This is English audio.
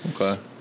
Okay